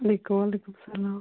وَعلیکُم وَعلیکُم سَلام